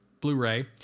Blu-ray